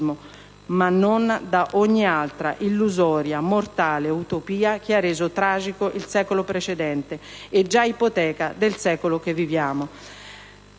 ma non da ogni altra illusoria, mortale utopia che ha reso tragico il secolo precedente, e già ipoteca del secolo che viviamo